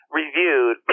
reviewed